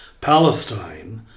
Palestine